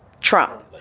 Trump